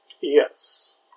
Yes